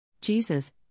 Jesus